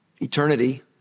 Eternity